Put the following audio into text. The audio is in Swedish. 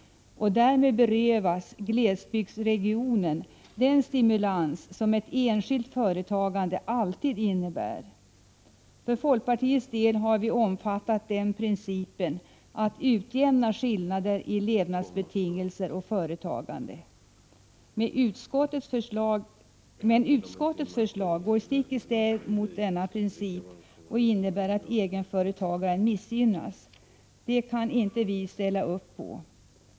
Därmed berövas glesbygdsregioner den stimulans som ett enskilt företagande alltid innebär. För folkpartiets del omfattar vi principen att utjämna skillnaderna i levnadsbetingelser och företagande. Men utskottets förslag går stick i stäv mot denna princip och innebär att egenföretagaren missgynnas. Det kan vi inte ställa upp på.